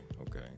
okay